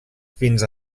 fins